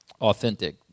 authentic